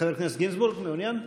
חבר הכנסת גינזבורג, מעוניין?